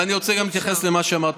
אבל אני רוצה גם להתייחס למה שאמרת.